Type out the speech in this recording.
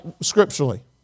scripturally